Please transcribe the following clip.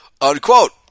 unquote